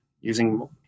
using